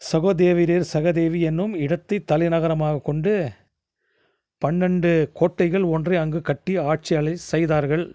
சகோதேவிரேர் சகதேவி என்னும் இடத்தை தலை நகரமாக கொண்டு பன்னெண்டு கோட்டைகள் ஒன்றை அங்கு கட்டி ஆட்சியாளை செய்தார்கள்